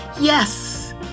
yes